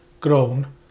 grown